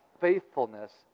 faithfulness